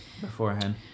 beforehand